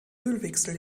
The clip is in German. ölwechsel